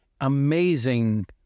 amazing